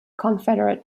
confederate